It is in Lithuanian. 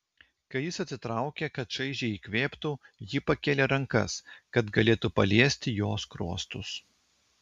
kai jis atsitraukė kad šaižiai įkvėptų ji pakėlė rankas kad galėtų paliesti jo skruostus